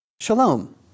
Shalom